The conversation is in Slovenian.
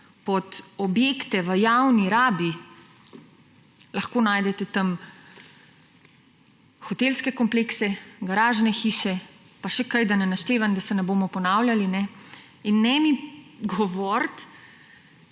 pod objekte v javni rabi, lahko najdete hotelske komplekse, garažne hiše, pa še kaj, da ne naštevam, da se ne bomo ponavljali. In ne mi govoriti,